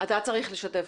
אתם רואים